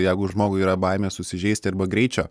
jeigu žmogui yra baimė susižeisti arba greičio